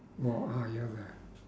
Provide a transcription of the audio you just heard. what are you there